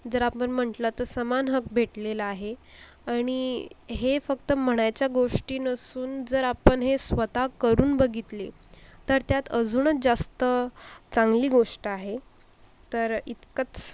जर आपणम्हंटलं तर समान हक भेटलेला आहे आणि हे फक्त म्हणायच्या गोष्टी नसून जर आपण हे स्वतः करून बघितले तर त्यात अजूनच जास्त चांगली गोष्ट आहे तर इतकंच